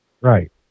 Right